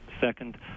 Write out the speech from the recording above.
Second